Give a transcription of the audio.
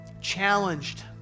challenged